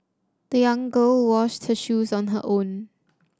the young girl washed her shoes on her own